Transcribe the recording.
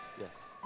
Yes